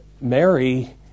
Mary